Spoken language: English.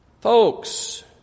Folks